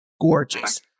gorgeous